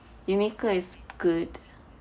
Uniqlo is good